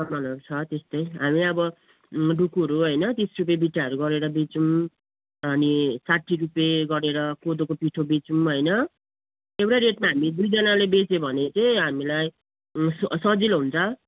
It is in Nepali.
सामानहरू छ त्यस्तै हामी अब डुकुहरू होन तिस रुपियाँ बिटाहरू गरेर बेचौँ अनि साठी रुपियाँ गरेर कोदोको पिठो बेचौँ होइन एउटै रेटमा हामी दुईजनाले बेच्यो भने चाहिँ हामीलाई सजिलो हुन्छ